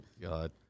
God